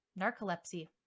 Narcolepsy